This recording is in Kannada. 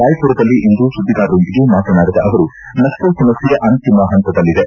ರಾಯ್ಪುರದಲ್ಲಿಂದು ಸುದ್ಲಿಗಾರರೊಂದಿಗೆ ಮಾತನಾಡಿದ ಅವರು ನಕ್ಷಲ್ ಸಮಸ್ಥೆ ಅಂತಿಮ ಪಂತದಲ್ಲಿದೆ